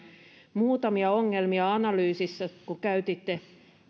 muutamia ongelmia analyysissa kun käytitte